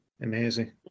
amazing